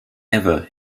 ever